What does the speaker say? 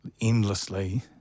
endlessly